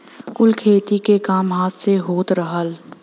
कुल खेती के काम हाथ से होत रहल